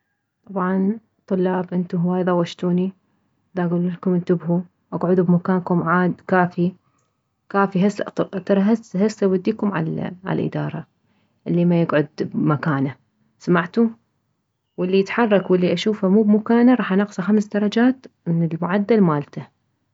طبعا طلاب انتو هواي ضوجتوني داكللكم انتبهو اكعدو بمكانكم عاد كافي كافي هسه اطرد ترى هسه هسه اوديكم علادارة الي ما يكعد مكانه سمعتو واللي يتحرك والي اشوفه مو بمكانه راح انقصه خمس درجات من المعدل مالته